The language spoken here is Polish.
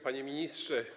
Panie Ministrze!